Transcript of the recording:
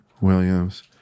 Williams